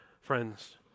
friends